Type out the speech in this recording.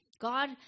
God